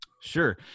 Sure